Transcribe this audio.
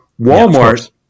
Walmart